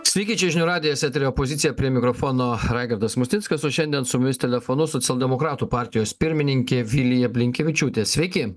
sveiki žinių radijas eteryje pozicija prie mikrofono raigardas musnickas o šiandien su mumis telefonu socialdemokratų partijos pirmininkė vilija blinkevičiūtė sveiki